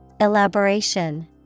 Elaboration